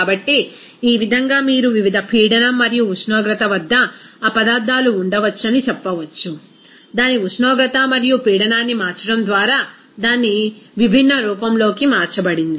కాబట్టి ఈ విధంగా మీరు వివిధ పీడనం మరియు ఉష్ణోగ్రత వద్ద ఆ పదార్థాలు ఉండవచ్చని చెప్పవచ్చు దాని ఉష్ణోగ్రత మరియు పీడనాన్ని మార్చడం ద్వారా దాని విభిన్న రూపంలోకి మార్చబడింది